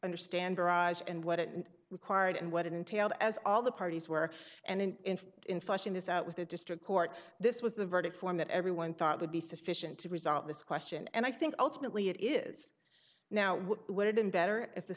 understand arise and what it required and what it entailed as all the parties were and in flushing this out with a district court this was the verdict form that everyone thought would be sufficient to resolve this question and i think ultimately it is now what would have been better if the